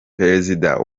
perezida